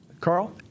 Carl